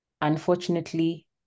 unfortunately